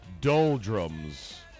doldrums